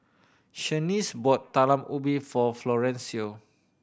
Shaniece bought Talam Ubi for Florencio